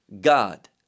god